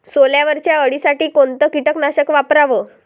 सोल्यावरच्या अळीसाठी कोनतं कीटकनाशक वापराव?